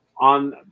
on